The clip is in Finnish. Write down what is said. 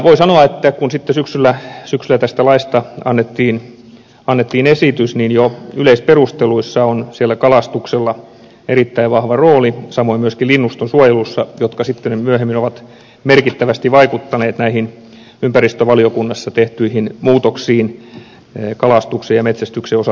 voi sanoa että kun sitten syksyllä tästä laista annettiin esitys niin jo yleisperusteluissa on siellä kalastuksella erittäin vahva rooli samoin myöskin linnuston suojelulla ja nämä ovat sitten myöhemmin merkittävästi vaikuttaneet näihin ympäristövaliokunnassa tehtyihin muutoksiin kalastuksen ja metsästyksen osalta erityisesti